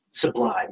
sublime